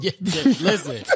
Listen